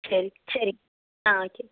சரி சரி ஆ ஓகே